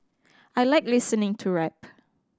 I like listening to rap